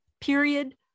period